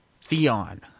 Theon